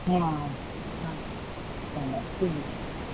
હા નાના નાના એવું છે